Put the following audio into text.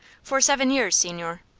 for seven years, signore.